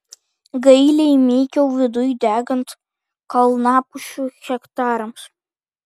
gailiai mykiau viduj degant kalnapušių hektarams